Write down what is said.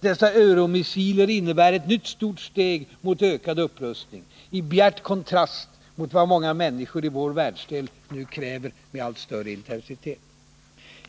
Dessa ”euromissiler” innebär ett nytt stort steg mot ökad upprustning, i bjärt kontrast mot vad många människor i vår världsdel nu kräver med allt större intensitet.